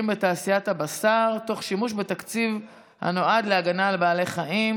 בתעשיית הבשר תוך שימוש בתקציב הנועד להגנה על בעלי חיים,